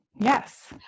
Yes